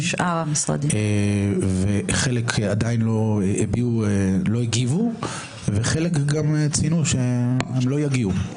חלק עדיין לא הגיבו וחלק גם ציינו שהם לא יגיעו.